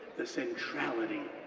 the centrality